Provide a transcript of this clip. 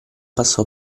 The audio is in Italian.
passò